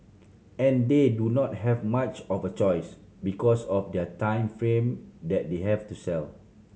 and they do not have much of a choice because of their time frame that they have to sell